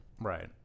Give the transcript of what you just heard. Right